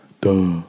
Duh